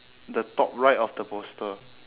the top right of the poster